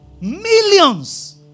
millions